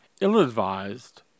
ill-advised